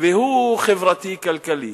הוא חברתי-כלכלי.